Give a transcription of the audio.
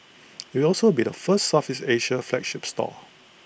it'll also be the first Southeast Asia flagship store